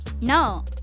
No